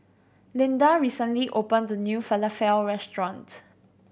Lynda recently opened a new Falafel Restaurant